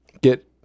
get